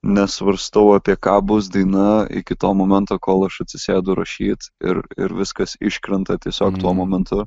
nesvarstau apie ką bus daina iki to momento kol aš atsisėdu rašyt ir ir viskas iškrenta tiesiog tuo momentu